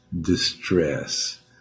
distress